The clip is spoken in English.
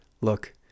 Look